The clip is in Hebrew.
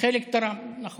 חלק תרמו, נכון.